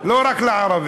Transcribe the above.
לא רק לערבים.